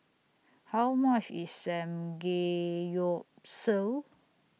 How much IS Samgeyopsal